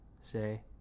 Say